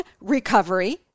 recovery